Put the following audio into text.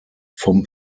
vom